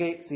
K C